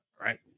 right